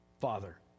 Father